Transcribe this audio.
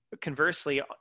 conversely